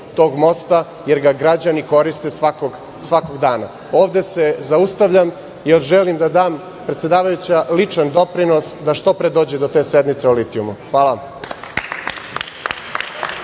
tog mosta, jer ga građani koriste svakog dana. Ovde se zaustavljam, jer želim da dam, predsedavajuća, ličan doprinos da što pre dođe do te sednice o litijumu. Hvala